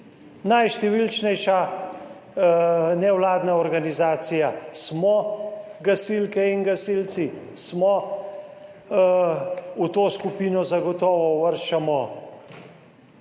Najštevilnejša nevladna organizacija smo gasilke in gasilci, smo. V to skupino zagotovo uvrščamo